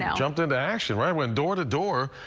yeah jumped into action. went went door to door,